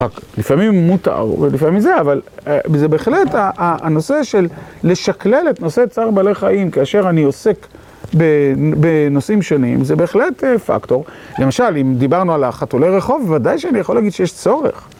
לפעמים מותר ולפעמים זה, אבל זה בהחלט הנושא של לשקלל את נושא צער בעלי חיים כאשר אני עוסק בנושאים שונים, זה בהחלט פקטור. למשל, אם דיברנו על החתולי רחוב, ודאי שאני יכול להגיד שיש צורך.